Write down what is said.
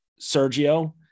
Sergio